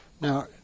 Now